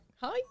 hi